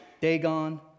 Dagon